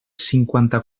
cinquanta